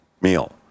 meal